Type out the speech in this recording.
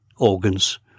Organs